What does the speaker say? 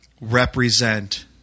represent